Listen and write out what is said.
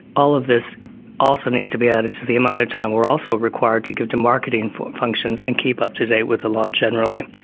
all of this also needs to be added to the amount of time we're also required to give to marketing functions and keep up to date with the law generally.